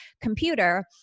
computer